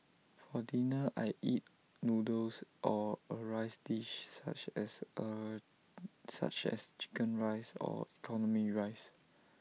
for dinner I eat noodles or A rice dish such as A such as Chicken Rice or economy rice